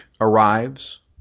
arrives